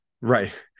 right